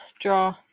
Draw